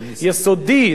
יסודי,